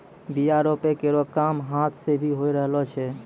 बीया रोपै केरो काम हाथ सें भी होय रहलो छै